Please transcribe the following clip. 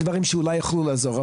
דברים שאולי יכלו לעזור.